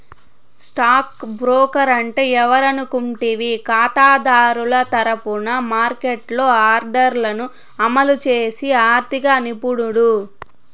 stock broker అంటే ఎవరనుకుంటివి కాతాదారుల తరపున మార్కెట్లో ఆర్డర్లను అమలు చేసి ఆర్థిక నిపుణుడు